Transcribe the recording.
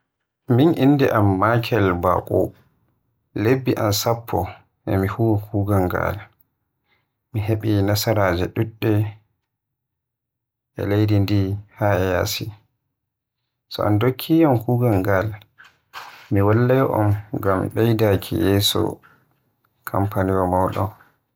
Innde am Michael Bako lebbi am sappo e huwa kuugal ngal, mi hebi nasaraje dudde e leydi ndi haa yasi. So on ndokkiyam kuugal ngal mi wallay on ngam beydaaki yeso kanfaniwa modom.